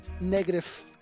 negative